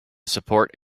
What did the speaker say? support